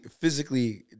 physically